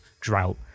drought